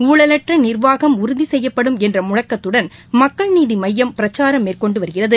ஊழலற்ற நிர்வாகம் உறுதி செய்யப்படும் என்ற முழுக்கத்துடன் மக்கள் நீதி மய்யம் பிரச்சாரம் மேற்கொண்டு வருகிறது